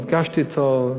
נפגשתי אתו,